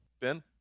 Ben